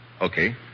Okay